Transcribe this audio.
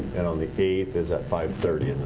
and on the eighth is at five thirty